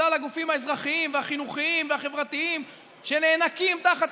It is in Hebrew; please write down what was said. ושלל הגופים האזרחיים והחינוכיים והחברתיים שנאנקים תחת